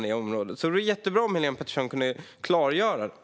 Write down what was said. Det vore jättebra om Helén Pettersson kunde klargöra detta.